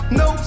no